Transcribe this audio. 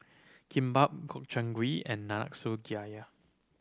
Kimbap Gobchang Gui and Nanakusa